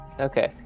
okay